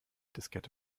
diskette